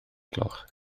gloch